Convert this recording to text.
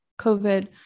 COVID